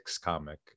comic